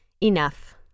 enough